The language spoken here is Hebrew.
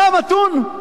אתה המתון?